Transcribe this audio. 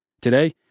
Today